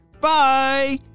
Bye